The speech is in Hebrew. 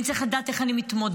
אני צריך לדעת איך אני מתמודד.